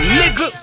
nigga